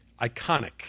iconic